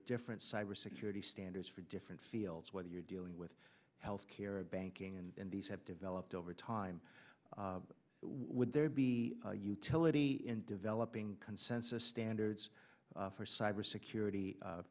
different cyber security standards for different fields whether you're dealing with health care a banking and these have developed over time would there be the utility in developing consensus standards for cyber security